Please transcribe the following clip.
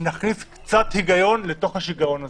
נכניס קצת היגיון לתוך השיגעון הזה,